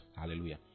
Hallelujah